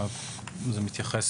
זה מתייחס